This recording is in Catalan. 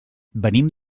venim